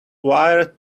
wire